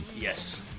Yes